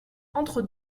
entre